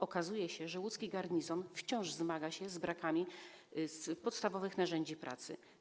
Okazuje się, że łódzki garnizon wciąż zmaga się z brakiem podstawowych narzędzi pracy.